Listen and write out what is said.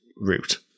route